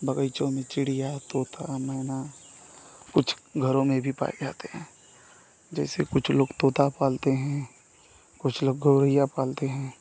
बग़ीचों में चिड़िया तोता मैना कुछ घरों में भी पाए जाते हैं जैसे कुछ लोग तोता पालते हैं कुछ लोग गौरय्या पालते हैं